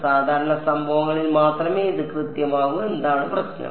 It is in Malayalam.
സാധാരണ സംഭവങ്ങളിൽ മാത്രമേ ഇത് കൃത്യമാകൂ എന്നതാണ് പ്രശ്നം